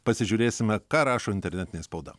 pasižiūrėsime ką rašo internetinė spauda